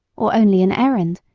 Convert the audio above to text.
or only an errand,